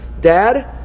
Dad